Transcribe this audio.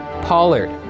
Pollard